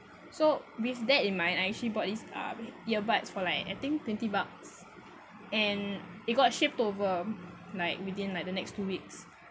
so with that in mind I actually bought this uh earbuds for like I think twenty bucks and it got shipped over like within like the next two weeks